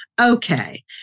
Okay